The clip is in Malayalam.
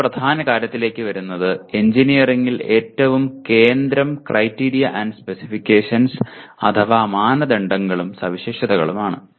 മറ്റൊരു പ്രധാന കാര്യത്തിലേക്ക് വരുന്നത് എഞ്ചിനീയറിംഗിന്റെ ഏറ്റവും കേന്ദ്രം ക്രൈറ്റീരിയ ആൻഡ് സ്പെസിഫിക്കേഷൻസ് അഥവാ മാനദണ്ഡങ്ങളും സവിശേഷതകളുമാണ്